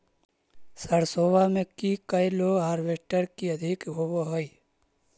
सरसोबा मे की कैलो हारबेसटर की अधिक होब है?